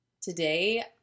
today